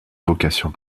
vocation